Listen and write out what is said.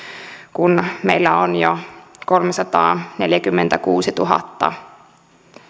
kun meillä on jo kolmesataaneljäkymmentäkuusituhatta